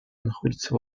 находится